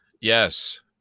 Yes